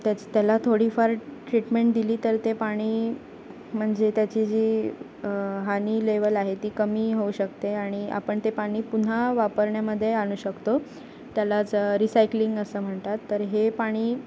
त्याच त्याला थोडीफार ट्रीटमेंट दिली तर ते पाणी म्हणजे त्याची जी हानी लेवल आहे ती कमी होऊ शकते आणि आपण ते पाणी पुन्हा वापरण्यामध्ये आणू शकतो त्यालाच रिसायक्लिंग असं म्हणतात तर हे पाणी